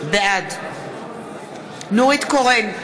בעד נורית קורן,